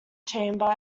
chamber